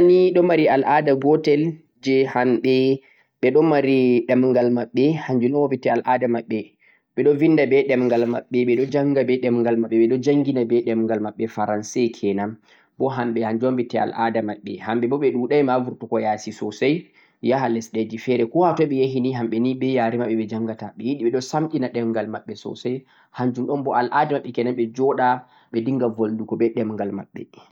Faransa ni ɗo mari al'aada gootel jee hanɓe ɓe ɗo mari ɗemgal maɓɓe hannjum on woni al'aada maɓɓe ɓe ɗo winda be ɗemgal maɓɓe ɓe ɗo jannga be ɗemgal maɓɓe ɓe ɗo janngina be ɗemgal maɓɓe, faranse kenan, bo hamɓe hannjum on wonte al'aada maɓɓe. hamɓe boo ɓe ɗuɗay ma burtugo ya'si soosay, yaha lesɗe ji ya'si feere, ko hatoy ɓe yahi ni hamɓe ni be yare maɓɓe ɓe janngata, ɓe ɗo sam ɗina ɗemgal maɓɓe soosay, hannjum on bo al'aada maɓɓe kenan ɓe jo'ɗa be dinnga boldugo be ɗemgal maɓɓe.